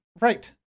Right